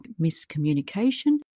miscommunication